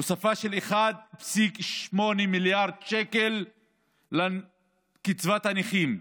הוספה של 1.8 מיליארד שקל לקצבת הנכים,